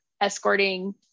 escorting